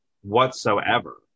whatsoever